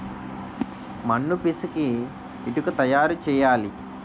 మన్ను పిసికి ఇటుక తయారు చేయాలి